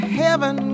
heaven